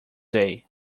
day